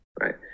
right